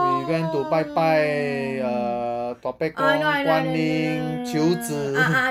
we went to 拜拜 uh tua pek kong 觀音秋子